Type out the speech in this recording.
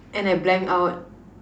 and I blank out